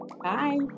bye